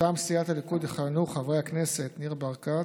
מטעם סיעת הליכוד יכהנו חברי הכנסת ניר ברקת,